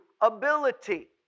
Ability